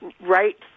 right